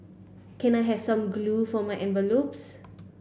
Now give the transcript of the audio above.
can I have some glue for my envelopes